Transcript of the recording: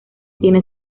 tiene